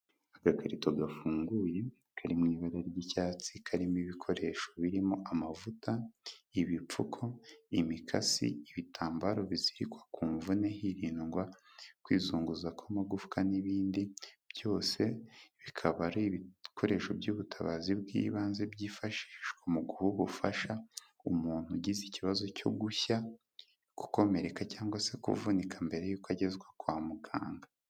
Agakarito gafunguye kari mu ibara ry'icyatsi karimo ibikoresho birimo amavuta, ibipfuko, imikasi, ibitambaro bizirikwa ku mvune hirindwa kwizunguza kw'amagufwa n'ibindi byose, bikaba ari ibikoresho by'ubutabazi bw'ibanze byifashishwa mu guha ubufasha umuntu ugize ikibazo cyo gushya, gukomereka cyangwag se kuvunika mbere yuko agezwa kwa muganga.